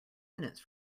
minutes